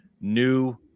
new